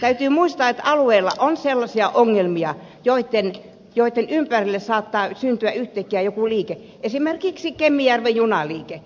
täytyy muistaa että alueilla on sellaisia ongelmia joitten ympärille saattaa syntyä yhtäkkiä joku liike esimerkiksi kemijärven junaliike